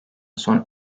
son